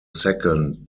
second